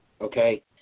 okay